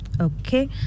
okay